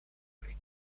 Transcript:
rico